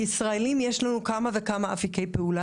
ישראלים יש לנו כמה וכמה אפיקי פעולה.